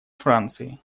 франции